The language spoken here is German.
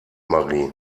marie